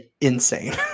insane